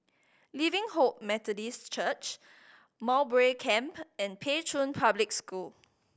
Living Hope Methodist Church Mowbray Camp and Pei Chun Public School